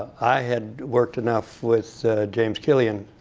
i had worked enough with james killian.